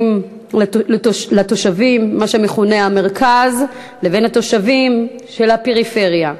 לתושבי מה שמכונה המרכז ולתושבים של הפריפריה.